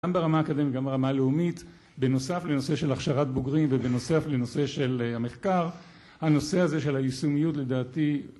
גם ברמה האקדמית, גם ברמה הלאומית, בנוסף לנושא של הכשרת בוגרים, ובנוסף לנושא של המחקר, הנושא הזה של היישומיות לדעתי...